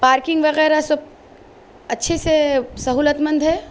parking وغیرہ سب اچھے سے سہولت مند ہے